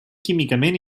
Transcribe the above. químicament